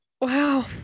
Wow